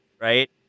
right